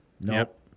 Nope